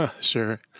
Sure